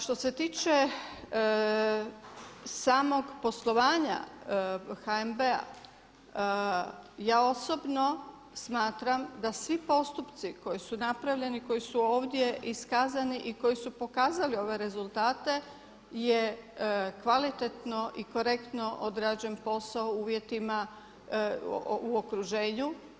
Što se tiče samog poslovanja HNB-a ja osobno smatram da svi postupci koji su napravljeni i koji su ovdje iskazani i koji su pokazali ove rezultate je kvalitetno i korektno odrađen posao u uvjetima u okruženju.